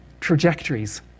trajectories